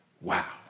Wow